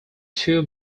two